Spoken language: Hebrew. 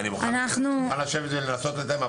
אני מוכן לשבת ולנסות ולתאם.